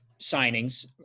signings